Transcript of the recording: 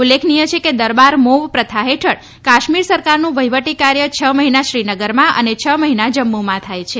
ઉલ્લેખનીય છે કે દરબાર મુવ પ્રથા હેઠળ કાશ્મીર સરકારનું વહિવટી કાર્ય છ મહિના શ્રીનગરમાં અને છ મહિનામાં જમ્મુમાં થાય છે